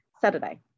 Saturday